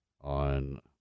on